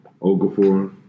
Okafor